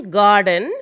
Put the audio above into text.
garden